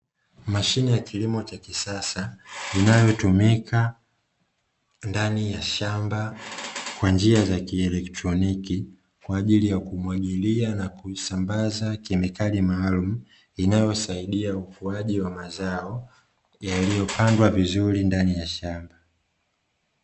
Mashine ya kilimo cha kisasa inayotumika ndani ya shamba kwa njia za kielektroniki, kwa ajili ya kumwagilia na kusambaza kemikali maalumu, inayosaidia ukuaji wa mazao yaliyopandwa vizuri ndani ya shamba.